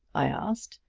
i asked.